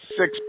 six